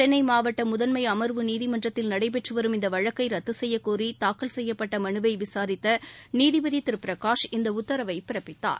சென்னை மாவட்ட முதன்மை அம்வு நீதிமன்றத்தில் நடைபெற்று வரும் இந்த வழக்கை ரத்து செய்யக்கோரி தாக்கல் செய்யப்பட்ட மனுவை விளரித்த நீதிபதி திரு பிரகாஷ் இந்த உத்தரவை பிறப்பித்தார்